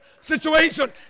situation